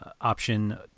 option